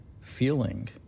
feeling